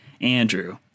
Andrew